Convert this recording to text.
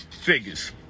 figures